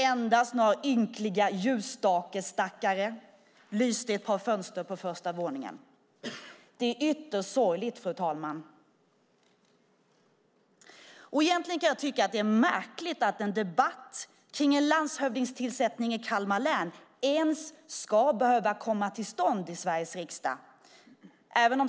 Endast några ynkliga ljusstakestackare lyste i ett par fönster på första våningen. Det är ytterst sorgligt, fru talman. Egentligen kan jag tycka att det är märkligt att en debatt kring en landshövdingetillsättning i Kalmar län ens ska behöva komma till stånd i Sveriges riksdag.